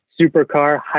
supercar